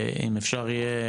אם אפשר יהיה,